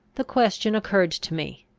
the question occurred to me,